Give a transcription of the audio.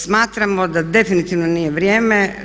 Smatramo da definitivno nije vrijeme.